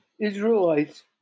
Israelites